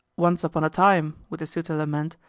once upon a time, would the suitor lament,